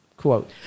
Quote